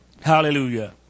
Hallelujah